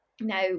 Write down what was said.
Now